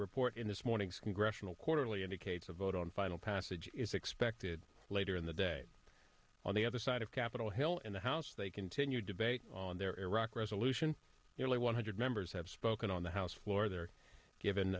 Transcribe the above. report this morning's congressional quarterly indicates a vote on final passage is expected later in the day on the other side of capitol hill in the house they continue debate on their iraq resolution the only one hundred members have spoken on the house floor they're given